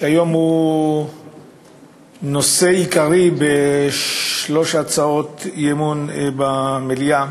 שהוא נושא עיקרי היום בשלוש הצעות אי-אמון במליאה,